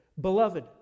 Beloved